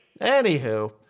Anywho